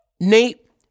Nate